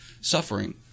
suffering